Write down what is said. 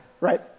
right